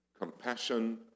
compassion